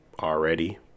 already